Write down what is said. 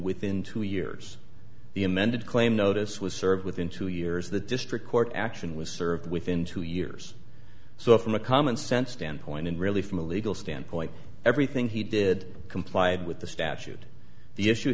within two years the amended claim notice was served within two years the district court action was served within two years so from a commonsense standpoint and really from a legal standpoint everything he did complied with the statute the issue